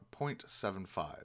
0.75